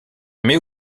mais